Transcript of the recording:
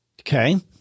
Okay